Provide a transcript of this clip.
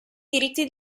diritti